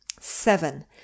seven